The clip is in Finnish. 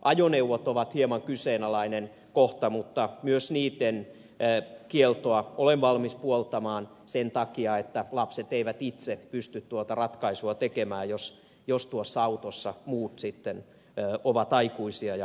ajoneuvot ovat hieman kyseenalainen kohta mutta myös niitten kieltoa olen valmis puoltamaan sen takia että lapset eivät itse pysty tuota ratkaisua tekemään jos tuossa autossa muut ovat aikuisia ja haluavat tupakoida